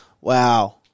wow